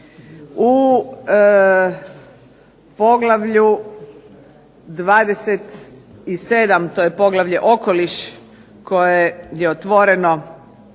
U poglavlju 27., to je poglavlje okoliš koje je otvoreno,